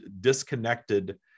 disconnected